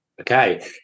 okay